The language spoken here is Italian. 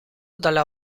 dalla